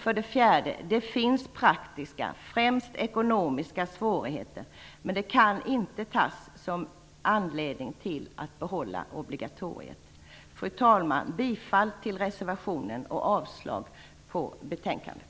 För det fjärde finns det praktiska, främst ekonomiska, svårigheter, men det kan inte tas som en anledning för att behålla obligatoriet. Fru talman! Jag yrkar bifall till reservationen och avslag på hemställan i betänkandet.